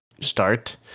start